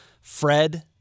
Fred